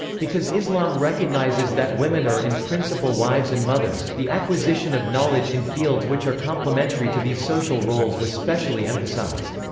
because islam recognises that women are in principle wives and mothers, the acquisition of knowledge in fields which are complementary to these social roles was specially emphasised.